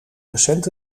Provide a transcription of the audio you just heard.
recent